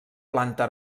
planta